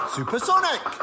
Supersonic